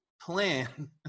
plan